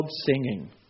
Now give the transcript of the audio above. singing